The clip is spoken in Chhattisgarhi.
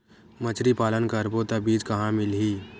मछरी पालन करबो त बीज कहां मिलही?